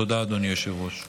תודה, אדוני היושב-ראש.